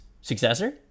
successor